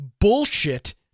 bullshit